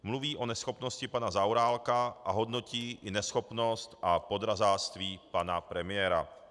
Mluví o neschopnosti pana Zaorálka a hodnotí i neschopnost a podrazáctví pana premiéra.